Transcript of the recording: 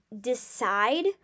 decide